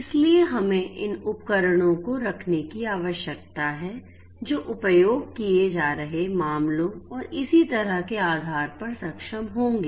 इसलिए हमें इन उपकरणों को रखने की आवश्यकता है जो उपयोग किए जा रहे मामलों और इसी तरह के आधार पर सक्षम होंगे